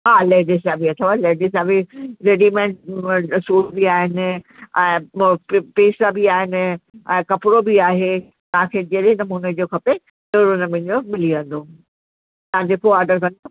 हा लेडीस जा बि अथव लेडीस जा बि रेडीमेड सूट बि आहिनि ऐं ओ पी पीस बि आहिनि ऐं कपिड़ो बि आहे तव्हांखे जहिड़े नमूने जो खपे ओड़े नमूने जो मिली वेंदो तव्हां जेको ऑर्डर कंदव